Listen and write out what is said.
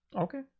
Okay